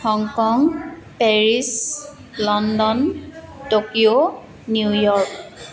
Hong Kong Paris London Tokyo New York